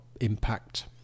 impact